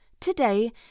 today